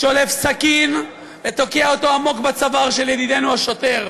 שולף סכין ותוקע אותו עמוק בצוואר של ידידנו השוטר.